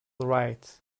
right